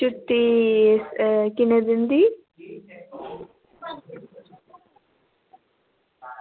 छुट्टी किन्ने दिन दी